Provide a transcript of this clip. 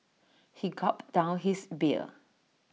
he gulped down his beer